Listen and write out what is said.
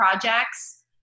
projects